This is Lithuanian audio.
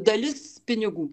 dalis pinigų